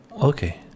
Okay